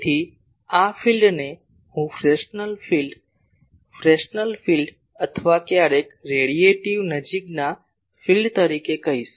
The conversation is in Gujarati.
તેથી આ વિસ્તારને હું ફ્રેસ્નલ વિસ્તાર ફ્રેસ્નલ વિસ્તાર અથવા ક્યારેક રેડીએટિવ નજીકના વિસ્તાર તરીકે કહીશ